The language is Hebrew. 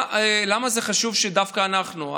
למה זה חשוב שדווקא אנחנו,